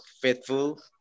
faithful